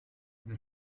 the